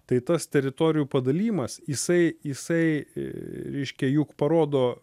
tai tas teritorijų padalijimas jisai jisai reiškia jų parodo